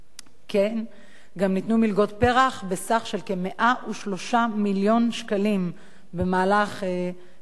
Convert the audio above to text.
כן ניתנו גם מלגות פר"ח בסך של כ-103 מיליון שקלים במהלך תשע"ב,